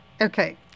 Okay